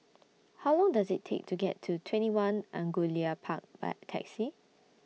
How Long Does IT Take to get to TwentyOne Angullia Park By Taxi